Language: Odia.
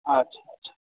ଆଚ୍ଛା ଆଚ୍ଛା